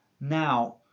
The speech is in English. Now